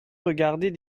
regardez